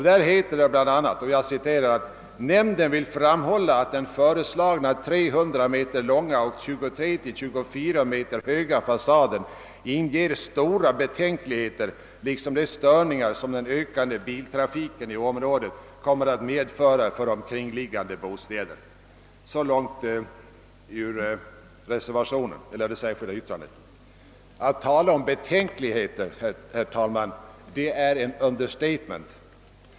Där heter det bl.a. >att nämnden vill framhålla, att den föreslagna 300 m långa och 23—24 m höga fasaden inger stora betänkligheter liksom de störningar som den ökade biltrafiken i området kommer att medföra för omkringliggande bostäder». Att tala om betänkligheter är, herr talman, ett understatement.